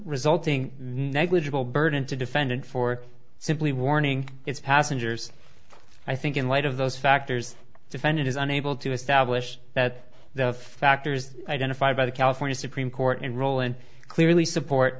resulting negligible burden to defendant for simply warning its passengers i think in light of those factors defendant is unable to establish that the factors identified by the california supreme court and roland clearly support